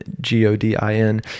G-O-D-I-N